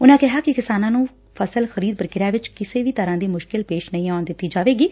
ਉਨੂਾ ਕਿਹਾ ਕਿ ਕਿਸਾਨਾਂ ਨੂੰ ਫਸਲ ਖਰੀਦ ਪ੍ਰਕਿਰਿਆ ਚ ਕਿਸੇ ਤਰੂਾਂ ਦੀ ਮੁਸ਼ਕਿਲ ਪੇਸ਼ ਨਹੀ ਆਉਣ ਦਿੱਤੀ ਜਾਵੇਗੀ